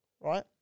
right